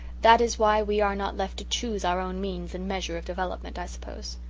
that is why we are not left to choose our own means and measure of development, i suppose.